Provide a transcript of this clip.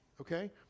okay